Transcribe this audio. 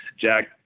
Jack